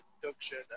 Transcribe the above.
production